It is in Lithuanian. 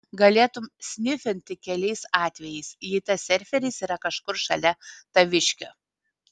galėtum snifint tik keliais atvejais jei tas serveris yra kažkur šalia taviškio